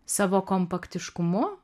savo kompaktiškumu